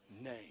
name